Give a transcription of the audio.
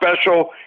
special